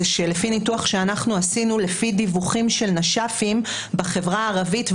זה שלפי ניתוח שאנחנו עשינו לפי דיווחים של נש"פים בחברה הערבית,